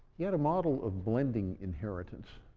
he had a model of blending inheritance.